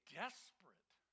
desperate